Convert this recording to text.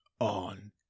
on